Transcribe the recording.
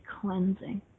cleansing